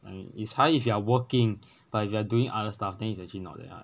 I mean is high if you are working but if you are doing other stuff then it's actually not that high